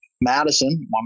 Madison